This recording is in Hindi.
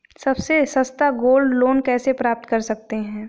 सबसे सस्ता गोल्ड लोंन कैसे प्राप्त कर सकते हैं?